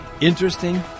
Interesting